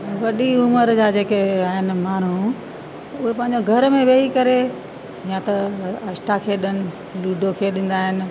वॾी उमिरि जा जेके आहिनि माण्हू उहे पंहिंजा घर में वेही करे या त अष्ठा खेॾनि लूडो खेॾींदा आहिनि